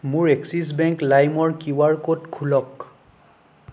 মোৰ Axis bank লাইমৰ QR code খোলক